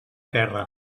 terra